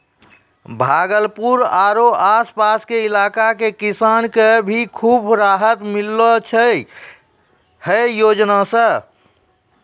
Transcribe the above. भागलपुर आरो आस पास के इलाका के किसान कॅ भी खूब राहत मिललो छै है योजना सॅ